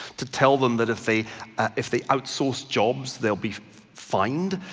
to tell them that if they if they outsource jobs they'll be fined.